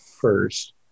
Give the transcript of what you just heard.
first